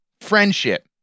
friendship